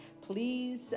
Please